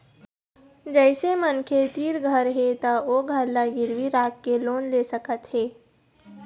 जइसे मनखे तीर घर हे त ओ घर ल गिरवी राखके लोन ले सकत हे